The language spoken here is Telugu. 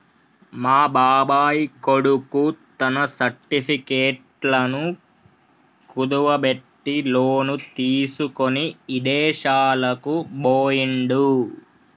మా బాబాయ్ కొడుకు తన సర్టిఫికెట్లను కుదువబెట్టి లోను తీసుకొని ఇదేశాలకు బొయ్యిండు